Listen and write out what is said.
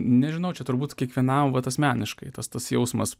nežinau čia turbūt kiekvienam vat asmeniškai tas tas jausmas